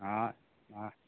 हँ हँ